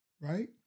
right